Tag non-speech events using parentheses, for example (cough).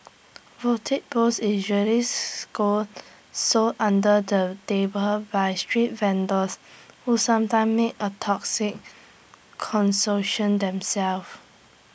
bootleg booze usually scold so under the table by street vendors who sometimes make A toxic (unintelligible) themselves